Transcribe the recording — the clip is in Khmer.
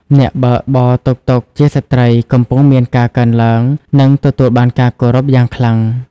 អ្នកបើកបរតុកតុកជាស្ត្រី កំពុងមានការកើនឡើង និងទទួលបានការគោរពយ៉ាងខ្លាំង។